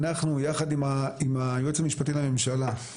אנחנו יחד עם היועץ המשפטי לממשלה,